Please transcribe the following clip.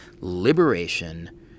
liberation